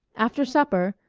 after supper,